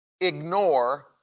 ignore